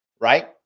right